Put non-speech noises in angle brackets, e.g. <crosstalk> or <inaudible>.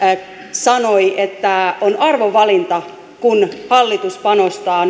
sanoi että on arvovalinta kun hallitus panostaa <unintelligible>